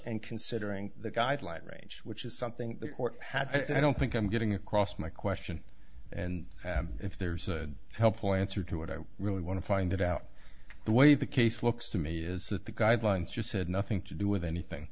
and considering the guideline range which is something the court had i don't think i'm getting across my question and if there's a helpful answer to it i really want to find it out the way the case looks to me is that the guidelines just had nothing to do with anything